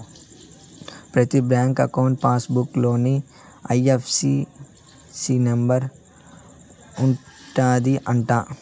ప్రతి bank account pass book లోనే IFSC number ఉంటది అంట